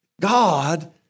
God